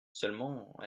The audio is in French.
seulement